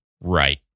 Right